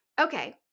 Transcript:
Okay